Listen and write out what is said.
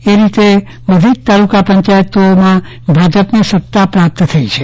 એ રીતે બધા જ તાલુકા પંચાયતમાં ભાજપને સત્તા પ્રાપ્ત થઈ છે